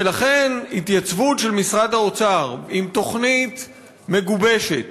ולכן, התייצבות של משרד האוצר עם תוכנית מגובשת